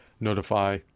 notify